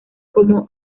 como